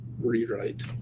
Rewrite